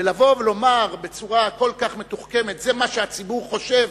ולבוא ולומר בצורה כל כך מתוחכמת: זה מה שהציבור חושב,